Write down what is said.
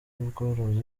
ubworozi